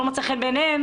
והאם זו לא סיבה לחסינות?